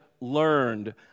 learned